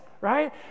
right